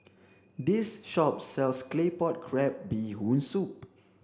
this shop sells claypot crab bee hoon soup